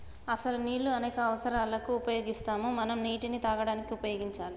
అసలు నీళ్ళు అనేక అవసరాలకు ఉపయోగిస్తాము మనం నీటిని తాగడానికి ఉపయోగించాలి